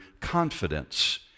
confidence